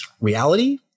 reality